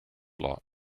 lot